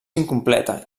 incompleta